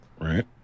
Right